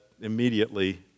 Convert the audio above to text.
immediately